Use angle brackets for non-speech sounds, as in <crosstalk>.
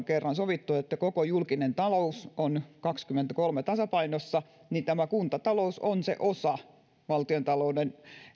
<unintelligible> kerran sopineet että koko julkinen talous on kaksituhattakaksikymmentäkolme tasapainossa ja tämä kuntatalous on osa valtiontalouden